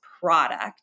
product